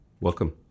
Welcome